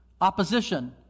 opposition